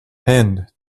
hand